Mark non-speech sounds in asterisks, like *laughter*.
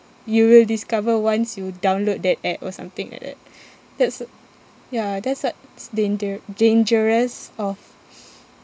you will discover once you download that app or something like that that's ya that's what is danger~ dangerous of *breath*